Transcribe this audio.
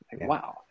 Wow